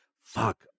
fuck